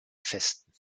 festen